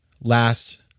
last